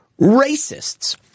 racists